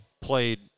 played –